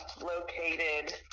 located